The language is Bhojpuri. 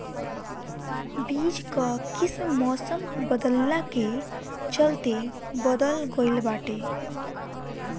बीज कअ किस्म मौसम बदलला के चलते बदल गइल बाटे